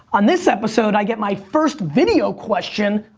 on this episode i get my first video question,